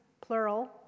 plural